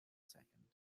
second